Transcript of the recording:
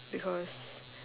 because